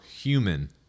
human